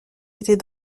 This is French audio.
était